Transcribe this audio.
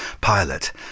pilot